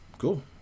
Cool